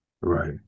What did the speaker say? right